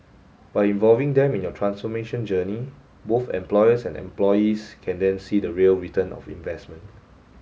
by involving them in your transformation journey both employers and employees can then see the real return of investment